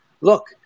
look